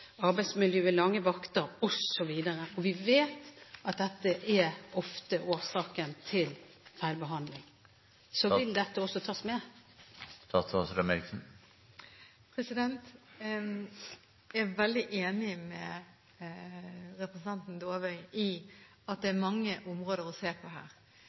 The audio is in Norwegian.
lange vakter, osv.? Vi vet at dette ofte er årsak til feilbehandling. Vil dette også tas med? Jeg er veldig enig med representanten Dåvøy i at det er mange områder å se på her.